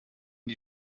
die